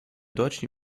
deutschen